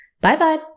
Bye-bye